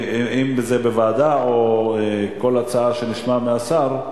אם בוועדה - או כל הצעה שנשמע מהשר.